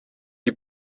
die